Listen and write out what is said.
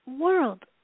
world